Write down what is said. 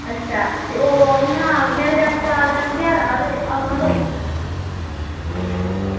ते ओह् अच्छा मेरे जागतै दा जन्मध्याड़ा ते औना तोह्